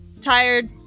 Tired